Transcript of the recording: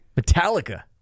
Metallica